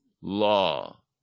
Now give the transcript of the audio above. law